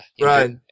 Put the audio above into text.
Right